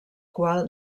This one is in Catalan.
qual